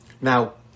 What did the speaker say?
Now